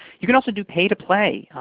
you can also do pay to play,